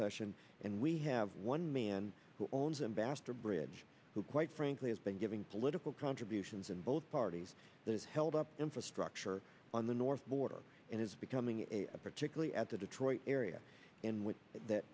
session and we have one man who owns ambassador bridge who quite frankly has been giving political contributions and both parties held up infrastructure on the north border and it's becoming a particularly at the detroit area in which th